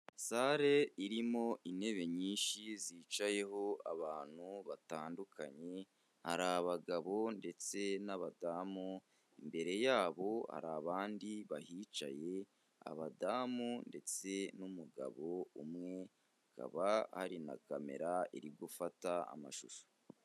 Sale irimo intebe nyinshi zicayeho abantu batandukanye, hari abagabo ndetse n'abadamu, imbere yabo hari abandi bahicaye, abadamu ndetse n'umugabo umwe, hakaba ari na kamera iri gufata amashusho.